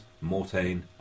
Mortain